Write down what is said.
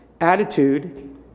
attitude